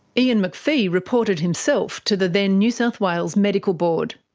ian mcphee reported himself to the then new south wales medical board.